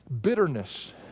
bitterness